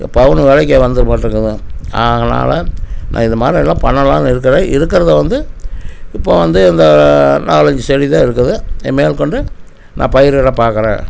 பவுனு விலைக்கி வந்து வந்தபாட்டு இருக்குதுங்க அதனால் நான் இது மாதிரி எல்லாம் பண்ணலான்னு இருக்கிறேன் இருக்கிறத வந்து இப்போது வந்து இந்த நாலஞ்சு செடிதான் இருக்குது மேற்கொண்டு நான் பயிரிட பார்க்குறேன்